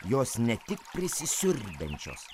jos ne tik prisisiurbiančios